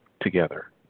together